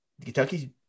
Kentucky